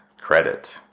credit